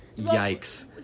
Yikes